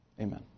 Amen